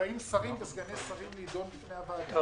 כשבאים שרים וסגני שרים בפני הוועדה,